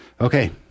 Okay